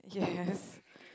yes